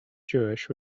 jewish